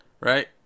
right